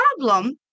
problem